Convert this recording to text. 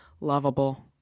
lovable